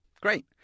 Great